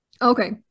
Okay